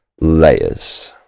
Layers